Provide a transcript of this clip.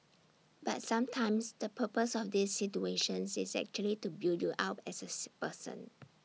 but sometimes the purpose of these situations is actually to build you up as as person